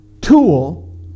tool